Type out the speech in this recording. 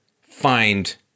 find